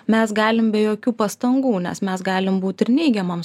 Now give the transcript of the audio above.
mes galim be jokių pastangų nes mes galim būti ir neigiamam